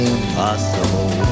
Impossible